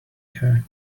her